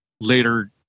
later